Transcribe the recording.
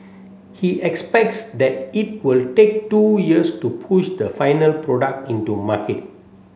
he expects that it will take two years to push the final product into market